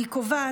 אני קובעת,